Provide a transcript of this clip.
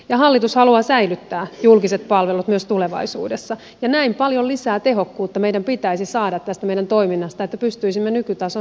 hallitus haluaa säilyttää julkiset palvelut myös tulevaisuudessa ja näin paljon lisää tehokkuutta meidän pitäisi saada tästä meidän toiminnastamme että pystyisimme nykytason säilyttämään